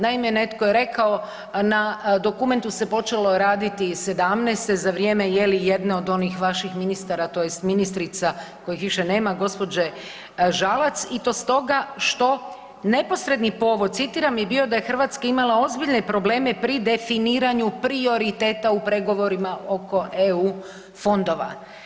Naime, netko je rekao na dokumentu se počelo raditi '17.-te za vrijeme je li jedne od vaših ministara tj. ministrica kojih više nema gospođe Žalac i to stoga što neposredni povod citiram je bio da je Hrvatska imala ozbiljne probleme pri definiranju prioriteta u pregovorima oko EU fondova.